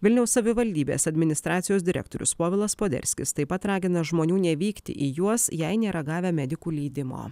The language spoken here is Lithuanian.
vilniaus savivaldybės administracijos direktorius povilas poderskis taip pat ragina žmonių nevykti į juos jei nėra gavę medikų leidimo